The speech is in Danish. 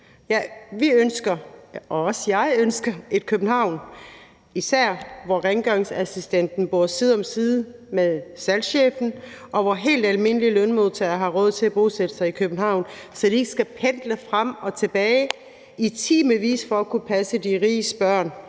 Vi og også jeg ønsker et København, hvor rengøringsassistenten bor side om side med salgschefen, og hvor helt almindelige lønmodtagere har råd til at bosætte sig i København, så de ikke skal pendle frem og tilbage i timevis for at kunne passe de riges børn